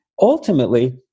ultimately